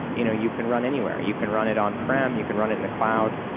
you know you can run anywhere. you can run it on-prem. you can run it in the cloud.